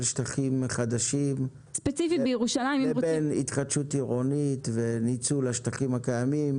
שטחים חדשים לבין התחדשות עירונית וניצול השטחים הקיימים